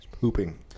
Pooping